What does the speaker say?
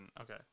Okay